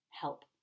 help